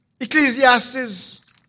Ecclesiastes